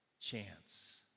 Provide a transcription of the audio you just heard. chance